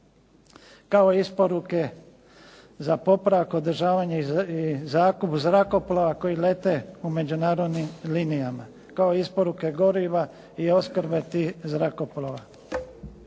kao isporuke za popravak, održavanje i zakup zrakoplova koji lete u međunarodnim linijama, kao isporuke goriva i opskrbe tih zrakoplova.